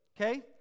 okay